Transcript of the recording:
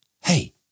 Hey